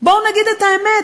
בואו נגיד את האמת,